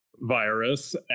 virus